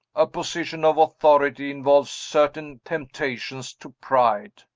a position of authority involves certain temptations to pride.